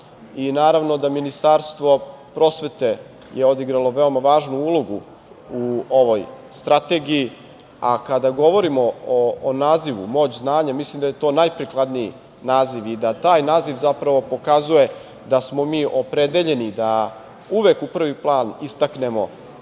i naravno da je Ministarstvo prosvete odigralo veoma važnu ulogu u ovoj strategiji. Kada govorimo o nazivu „Moć znanja“, mislim da je to najprikladniji naziv i da taj naziv zapravo pokazuje da smo mi opredeljeni da uvek u prvi plan istaknemo